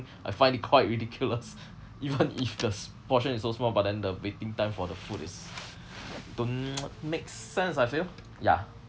I find it quite ridiculous even if the s~ portion is so small but then the waiting time for the food is don't make sense I feel ya